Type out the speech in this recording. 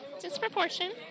disproportion